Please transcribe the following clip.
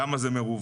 כמה זה מרווח,